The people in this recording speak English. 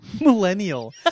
Millennial